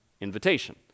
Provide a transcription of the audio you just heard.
invitation